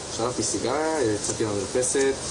יש לנו את המצגת.